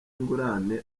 ingurane